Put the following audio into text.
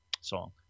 song